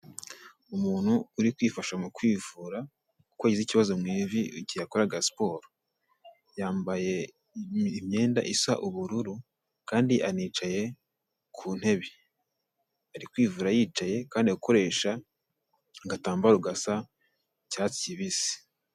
Umuntu uri kwifasha mu kwivura, kuko yagize ikibazo mu ivi igihe yakoraga siporo, yambaye imyenda isa ubururu kandi anicaye ku ntebe, ari kwivura yicaye kandi akoresha agatambaro gasa icyatsi kibisi.